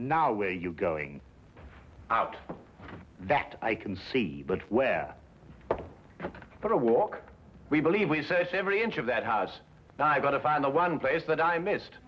now where you're going out that i can see but where for a walk we believe we've searched every inch of that house i've got to find the one place that i missed